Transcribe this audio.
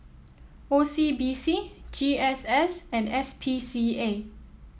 O C B C G S S and S P C A